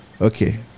Okay